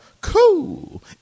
Cool